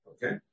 Okay